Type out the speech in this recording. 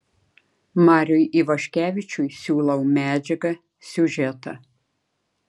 mariui ivaškevičiui siūlau medžiagą siužetą